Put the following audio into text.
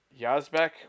Yazbek